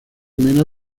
mena